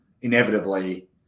inevitably